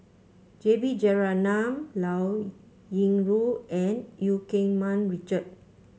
J B Jeyaretnam Liao Yingru and Eu Keng Mun Richard